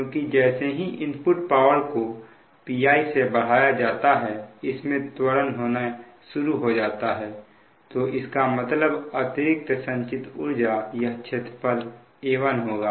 क्योंकि जैसे ही इनपुट पावर को Pi से बढ़ाया जाता है इसमें त्वरण होना शुरू हो जाता है तो इसका मतलब अतिरिक्त संचित ऊर्जा यह क्षेत्रफल A1 होगा